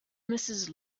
mrs